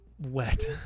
wet